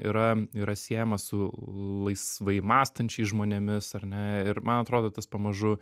yra yra siejama su laisvai mąstančiais žmonėmis ar ne ir man atrodo tas pamažu